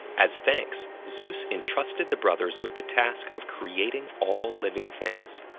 as thanks, zeus entrusted the brothers with the task of creating all living things.